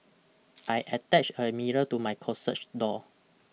I attached a mirror to my closech door